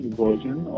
version